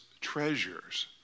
treasures